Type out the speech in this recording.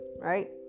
right